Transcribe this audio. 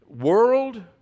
world